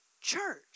church